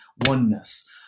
oneness